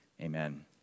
Amen